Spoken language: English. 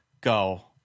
go